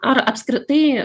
ar apskritai